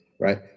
right